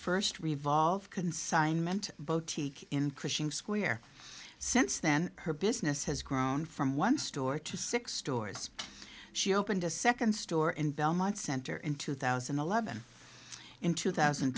first revolve consignment boteach increasing square since then her business has grown from one store to six stores she opened a second store in belmont center in two thousand and eleven in two thousand